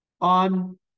On